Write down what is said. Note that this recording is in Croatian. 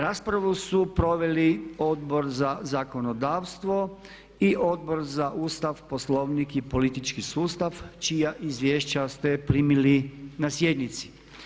Raspravu su proveli Odbor za zakonodavstvo i Odbor za Ustav, Poslovnik i politički sustav čija izvješća ste primili na sjednici.